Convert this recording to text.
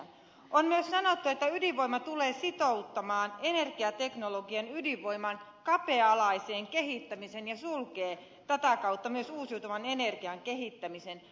on myös sanottu että ydinvoima tulee sitouttamaan energiateknologian ydinvoiman kapea alaiseen kehittämiseen ja sulkee tätä kautta mahdollisuuden myös uusiutuvan energian kehittämiseen